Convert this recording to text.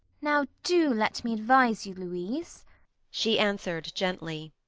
now do let me advise you, louise she answered gently.